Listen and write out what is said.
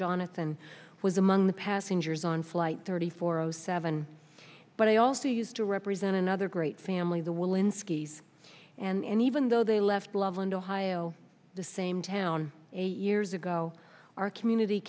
jonathan was among the passengers on flight thirty four zero seven but he also used to represent another great family the will in skis and even though they left loveland ohio the same town eight years ago our community